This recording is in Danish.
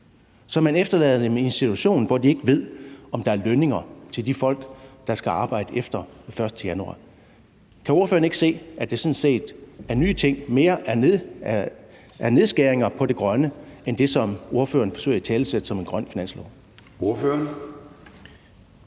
Så man efterlader dem i en situation, hvor de ikke ved, om der er lønninger til de folk, der skal arbejde efter den 1. januar. Kan ordføreren ikke se, at det af nye ting sådan set mere er nedskæringer på det grønne end det, som ordføreren forsøger at italesætte som en grøn finanslov?